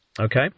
okay